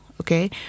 okay